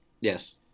Yes